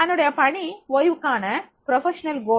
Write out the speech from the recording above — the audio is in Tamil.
தன்னுடைய பணி ஓய்வுக்கான தொழில்முறை குறிக்கோள்